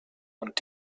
und